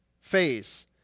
face